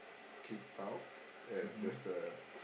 keep out and there's a